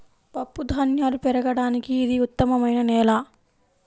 పప్పుధాన్యాలు పెరగడానికి ఇది ఉత్తమమైన నేల